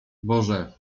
boże